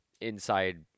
inside